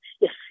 Yes